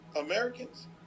Americans